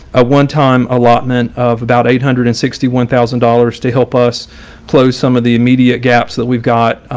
a one time allotment of about eight hundred and sixty one thousand dollars to help us close some of the immediate gaps that we've got,